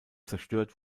zerstört